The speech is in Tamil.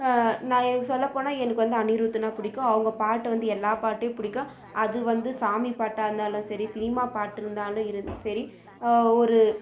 நான் சொல்லப் போனால் எனக்கு வந்து அனிருத்துனால் பிடிக்கும் அவங்க பாட்டு வந்து எல்லா பாட்டையும் பிடிக்கும் அது வந்து சாமி பாட்டாக இருந்தாலும் சரி சினிமா பாட்டு இருந்தாலும் இது சரி ஒரு